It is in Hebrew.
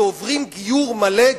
ועוברים גיור מלא,